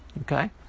Okay